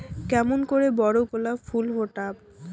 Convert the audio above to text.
কেমন করে বড় গোলাপ ফুল ফোটাব?